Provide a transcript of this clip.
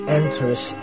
enters